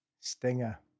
stinger